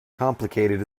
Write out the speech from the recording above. complicated